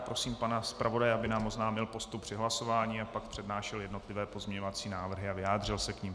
Prosím pana zpravodaje, aby nám oznámil postup při hlasování a pak přednášel jednotlivé pozměňovací návrhy a vyjádřil se k nim.